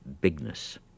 bigness